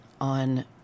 on